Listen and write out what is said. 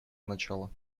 начала